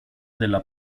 della